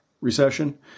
recession